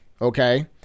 Okay